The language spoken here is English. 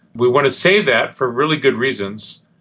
we want to save that, for really good reasons,